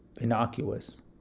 innocuous